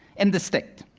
and the state.